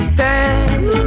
Stand